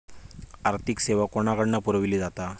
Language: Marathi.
आर्थिक सेवा कोणाकडन पुरविली जाता?